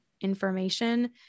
information